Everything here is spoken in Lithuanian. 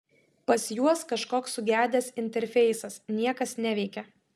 pas juos kažkoks sugedęs interfeisas niekas neveikia